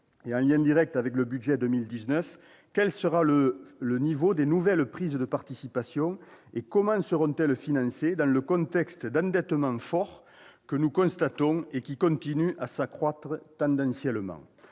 Et, en lien direct avec le budget pour 2019, quel sera le niveau des nouvelles prises de participation et comment seront-elles financées dans le contexte que nous constatons, celui d'un endettement fort qui continue à s'accroître tendanciellement ?